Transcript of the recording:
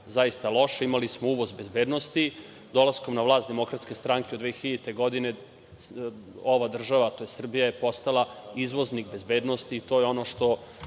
zaista loše. Imali smo uvoz bezbednosti, dolaskom na vlast Demokratske stranke. Od 2000. godine ova država, tj. Srbija je postala izvoznik bezbednosti i to je ono što